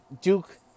Duke